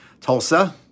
Tulsa